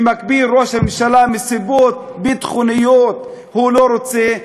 במקביל, ראש הממשלה, מסיבות ביטחוניות, לא רוצה.